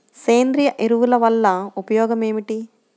సేంద్రీయ ఎరువుల వల్ల ఉపయోగమేమిటీ?